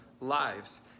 lives